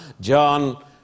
John